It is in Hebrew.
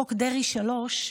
חוק דרעי 3,